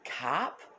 cop